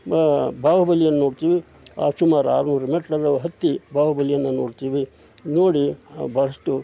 ಬ ಬಾಹುಬಲಿಯನ್ನು ನೋಡ್ತೀವಿ ಸುಮಾರು ಆರುನೂರು ಮೆಟ್ಟಿಲನ್ನು ಹತ್ತಿ ಬಾಹುಬಲಿಯನ್ನು ನೋಡ್ತೀವಿ ನೋಡಿ ಬಹಳಷ್ಟು